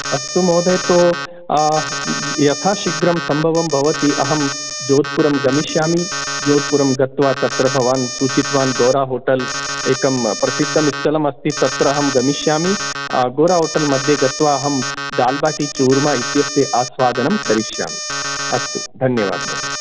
अस्तु महोदय तो यथा शीघ्रं सम्भवं भवति अहं जोद्पुरं गमिष्यामि जोद्पुरं गत्वा तत्र भवान् सूचित्वान् गोराहोटेल् एकं प्रसिद्धम् स्थलमस्ति तत्र अहं गमिष्यामि गोराहोटेल् मध्ये गत्वा अहं दाल्बाटिचूर्मा इत्यस्य आस्वादनं करिष्यामि अस्तु धन्यवादः महोदय